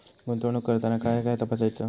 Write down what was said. गुंतवणूक करताना काय काय तपासायच?